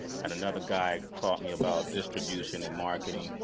had another guy taught me about distribution and marketing.